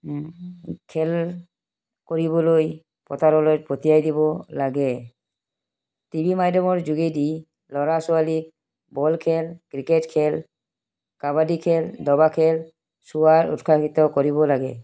খেল কৰিবলৈ পথাৰলৈ পঠিয়াই দিব লাগে টি ভি মাধ্যমৰ যোগেদি ল'ৰা ছোৱালী বল খেল ক্ৰিকেট খেল কাবাদি খেল দবা খেল চোৱাত উৎসাহিত কৰিব লাগে